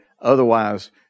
Otherwise